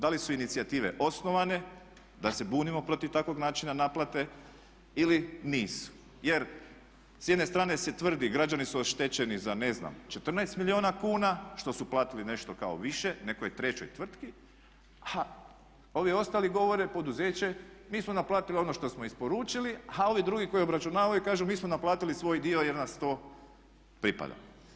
Da li su inicijative osnovane da se bunimo protiv takvog načina naplate ili nisu, jer s jedne strane se tvrdi građani su oštećeni za ne znam 14 milijuna kuna što su platili nešto kao više, nekoj trećoj tvrtki, a ovi ostali govore poduzeće, mi smo naplatili ono što smo isporučili, a ovi drugi koji obračunavaju kažu mi smo naplatili svoj dio jer nas to pripada.